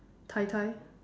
tai tai